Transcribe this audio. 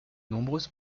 nombreuses